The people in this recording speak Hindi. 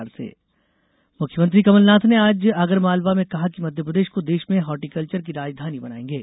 सीएम दौरा मुख्यमंत्री कमलनाथ ने आज आगरमालवा में कहा कि मध्यप्रदेश को देश में हार्टिकल्चर की राजधानी बनायेंगे